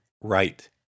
right